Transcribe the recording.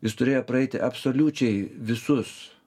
jis turėjo praeiti absoliučiai visus